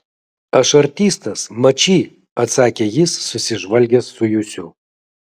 aš artistas mačy atsakė jis susižvalgęs su jusiu